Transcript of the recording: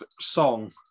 song